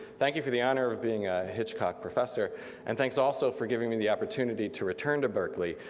thank you for the honor of being a hitchcock professor and thanks also for giving me the opportunity to return to berkeley,